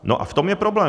No a v tom je problém.